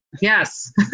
Yes